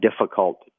difficult